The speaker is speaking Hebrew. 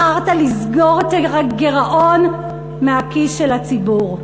בחרת לסגור את הגירעון מהכיס של הציבור.